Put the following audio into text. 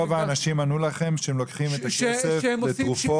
רוב האנשים ענו לכם שהם לוקחים את הכסף לתרופות,